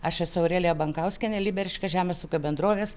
aš esu aurelija bankauskienė lyberiškio žemės ūkio bendrovės